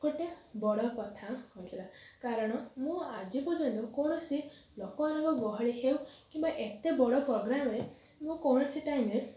ଗୋଟିଏ ବଡ଼ କଥା ହୋଇଥିଲା କାରଣ ମୁଁ ଆଜି ପର୍ଯ୍ୟନ୍ତ କୌଣସି ଲୋକମାନଙ୍କ ଗହଳି ହେଉ କିମ୍ବା ଏତେ ବଡ଼ ପ୍ରୋଗ୍ରାମରେ ମୁଁ କୌଣସି ଟାଇମରେ